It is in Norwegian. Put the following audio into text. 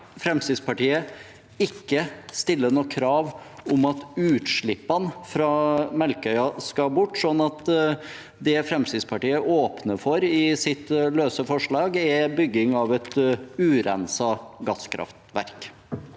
Fremskrittspartiet ikke stiller noe krav om at utslippene fra Melkøya skal bort, slik at det Fremskrittspartiet åpner for i sitt løse forslag, er bygging av et urenset gasskraftverk.